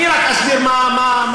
רק אסביר מה העניין.